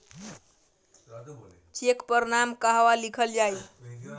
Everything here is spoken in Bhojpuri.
चेक पर नाम कहवा लिखल जाइ?